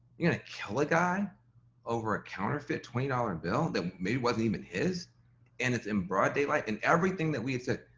you're gonna kill a guy over a counterfeit twenty dollars bill that maybe wasn't even his and it's in broad daylight and everything that we have ah